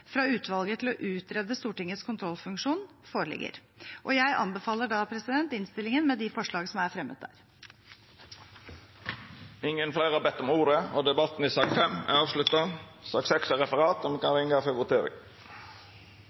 fra utvalget til å utrede Stortingets kontrollfunksjon foreligger. Jeg anbefaler dermed innstillingen, med de forslagene som er fremmet der. Fleire har ikkje bedt om ordet til sak nr. 5. Statsråd Abid Q. Raja vil overbringe 6 kgl. proposisjoner. Stortinget går da til votering